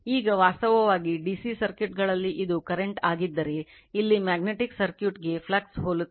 ಈಗ ವಾಸ್ತವವಾಗಿ DC ಸರ್ಕ್ಯೂಟ್ಗಳಲ್ಲಿ ಇದು ಕರೆಂಟ್ ಆಗಿದ್ದರೆ ಇಲ್ಲಿ ಮ್ಯಾಗ್ನೆಟಿಕ್ ಸರ್ಕ್ಯೂಟ್ಗೆ ಫ್ಲಕ್ಸ್ ಹೋಲುತ್ತದೆ